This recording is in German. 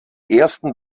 ersten